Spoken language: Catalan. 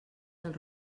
del